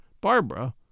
Barbara